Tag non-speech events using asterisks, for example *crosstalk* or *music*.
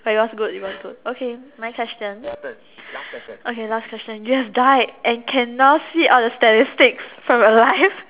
but it was good it was good okay my question okay last question you have died and can now see all the statistics from your life *laughs*